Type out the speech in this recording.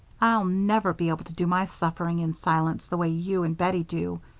i'll never be able to do my suffering in silence the way you and bettie do.